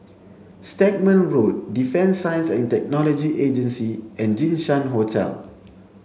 Stagmont Road Defence Science and Technology Agency and Jinshan Hotel